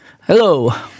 Hello